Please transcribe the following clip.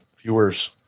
viewers